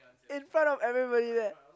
in font of everybody there